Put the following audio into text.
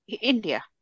India